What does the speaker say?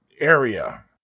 area